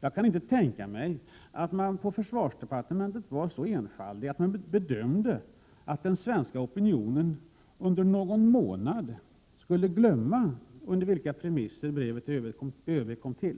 Jag kan inte tänka mig att man på försvarsdepartementet var så enfaldig att man bedömde att den svenska opinionen på någon månad skulle glömma under vilka premisser brevet till ÖB kom till.